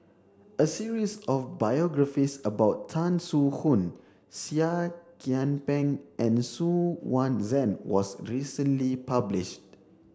a series of biographies about Tan Soo Khoon Seah Kian Peng and Xu Yuan Zhen was recently published